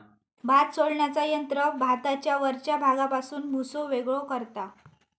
भात सोलण्याचा यंत्र भाताच्या वरच्या भागापासून भुसो वेगळो करता